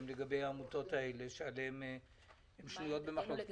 לגבי העמותות האלה שהן שנויות במחלוקת.